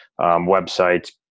websites